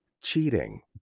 cheating